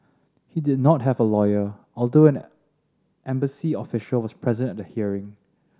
he did not have a lawyer although an embassy official was present at the hearing